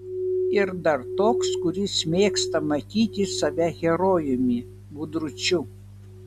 ir dar toks kuris mėgsta matyti save herojumi gudručiu